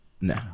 No